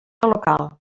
local